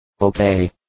Okay